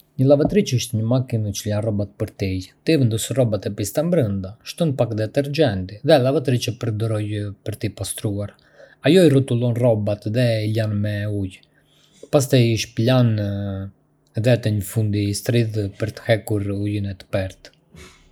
Një lavatriçe është një makinë që lan rrobat për ty. Ti i vendos rrobat e pista brenda, shton pak detergjent dhe lavatriçja përdor ujë për t'i pastruar. Ajo i rrotullon rrobat dhe i lan me ujë, pastaj i shpëlan dhe në fund i shtrydh për të hequr ujin e tepërt.